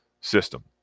system